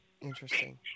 Interesting